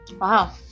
Wow